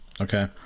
Okay